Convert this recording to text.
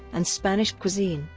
and spanish cuisine,